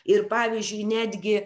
ir pavyzdžiui netgi